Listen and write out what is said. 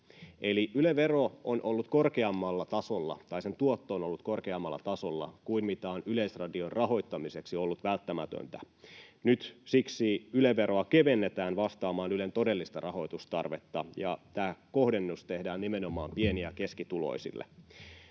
Yle-veroa tullaan palauttamaan. Eli Yle-veron tuotto on ollut korkeammalla tasolla kuin mitä on Yleisradion rahoittamiseksi ollut välttämätöntä. Nyt siksi Yle-veroa kevennetään vastaamaan Ylen todellista rahoitustarvetta, ja tämä kohdennus tehdään nimenomaan pieni- ja keskituloisille.